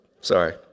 Sorry